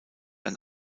ein